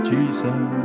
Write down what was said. Jesus